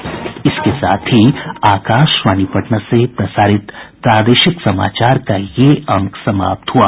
इसके साथ ही आकाशवाणी पटना से प्रसारित प्रादेशिक समाचार का ये अंक समाप्त हुआ